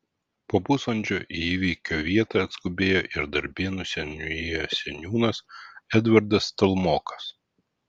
po pusvalandžio į įvykio vietą atskubėjo ir darbėnų seniūnijos seniūnas edvardas stalmokas